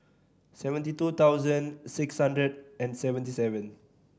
seventy two thousand six hundred and seventy seven